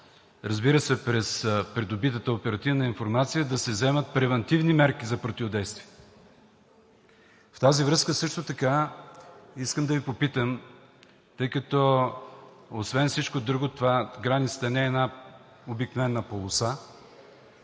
разбира се, през придобитата оперативна информация да се вземат превантивни мерки за противодействие? Във връзка с това искам да Ви попитам, тъй като освен всичко друго границата не е една обикновена полоса,